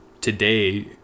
today